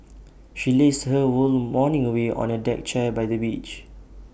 she lazed her whole morning away on A deck chair by the beach